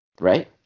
right